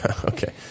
Okay